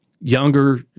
Younger